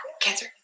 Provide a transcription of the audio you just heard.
cancer